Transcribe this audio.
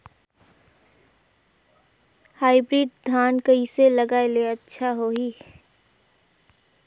Hybrid धान कइसे लगाय ले अच्छा होही?